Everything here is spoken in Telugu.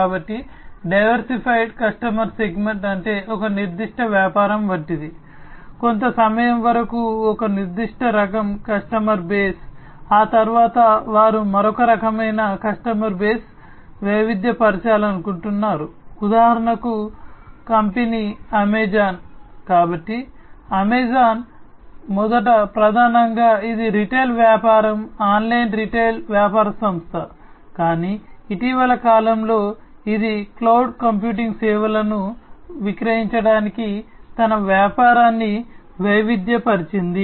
కాబట్టి డైవర్సిఫైడ్ కస్టమర్ సెగ్మెంట్ విక్రయించడానికి తన వ్యాపారాన్ని వైవిధ్యపరిచింది